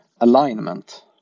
alignment